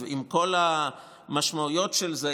עם כל המשמעויות של זה,